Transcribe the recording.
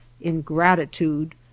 ingratitude